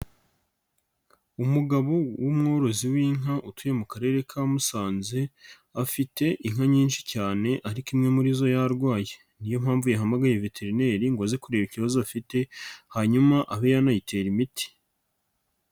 Umugabo w'umworozi w'inka utuye mu karere ka Musanze, afite inka nyinshi cyane ariko imwe muri zo yarwaye, niyo mpamvu yahamagaye veterinary ngo aze kureba ikibazo afite, hanyuma abe yanayitera imiti.